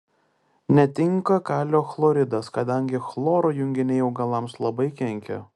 netinka kalio chloridas kadangi chloro junginiai augalams labai kenkia